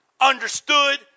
understood